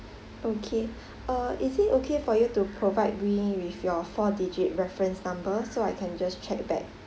okay uh is it okay for you to provide me with your four digit reference number so I can just check back